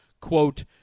quote